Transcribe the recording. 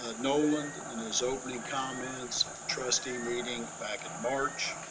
ah noland in his opening comments at the trustee meeting back in march,